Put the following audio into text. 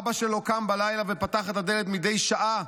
אבא שלו קם בלילה ופתח את הדלת מדי שעה